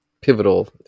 pivotal